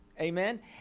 Amen